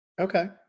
Okay